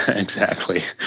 exactly.